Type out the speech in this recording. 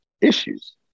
issues